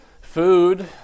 Food